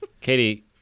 Katie